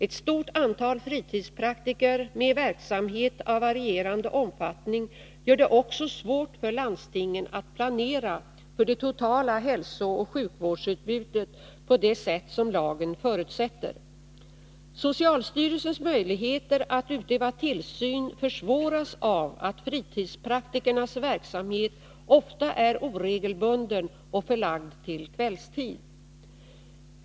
Ett stort antal fritidspraktiker med verksamhet av varierande omfattning gör det också svårt för landstingen att planera för det totala hälsooch sjukvårdsutbudet på det sätt som lagen förutsätter. Socialstyrelsens möjligheter att utöva tillsyn försvåras av att fritidspraktikernas verksamhet ofta är oregelbunden och förlagd till kvällstid.